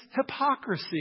hypocrisy